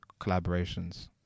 collaborations